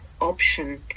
option